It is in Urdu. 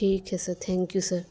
ٹھیک ہے سر تھینک یو سر